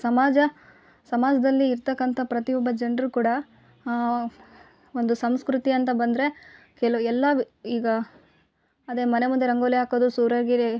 ಸಮಾಜ ಸಮಾಜದಲ್ಲಿ ಇರ್ತಕ್ಕಂಥ ಪ್ರತಿಯೊಬ್ಬ ಜನರು ಕೂಡ ಒಂದು ಸಂಸ್ಕೃತಿ ಅಂತ ಬಂದರೆ ಕೆಲವು ಎಲ್ಲ ಈಗ ಅದೇ ಮನೆ ಮುಂದೆ ರಂಗೋಲಿ ಹಾಕೋದು ಸೂರ್ಯಗೆ